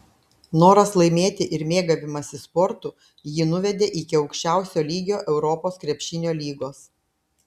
noras laimėti ir mėgavimasis sportu jį nuvedė iki aukščiausio lygio europos krepšinio lygos